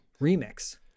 remix